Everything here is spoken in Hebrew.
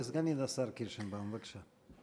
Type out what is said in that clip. סגנית השר קירשנבאום, בבקשה.